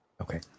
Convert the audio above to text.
Okay